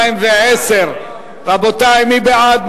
התשע"א 2010, רבותי, מי בעד?